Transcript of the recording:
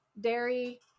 Dairy